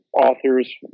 author's